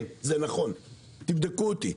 כן, זה נכון, תבדקו אותי.